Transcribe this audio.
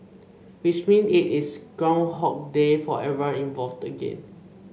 which means it is groundhog day for everyone involved again